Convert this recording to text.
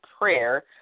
prayer